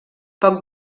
poc